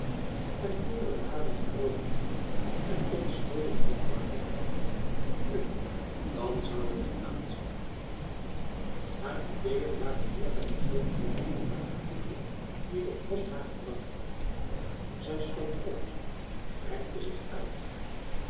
en hinderde haar wat vroolijkheid en onschuldige hofmakerij nu dan zoû het gedaan zijn hare ideeën waren meer bij de druk proeven van haar artikel die de post haar had gebracht zij stond op rekte zich uit